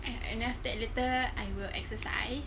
and then after that later I will exercise